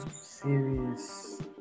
serious